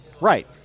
Right